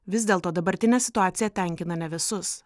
vis dėlto dabartinė situacija tenkina ne visus